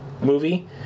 movie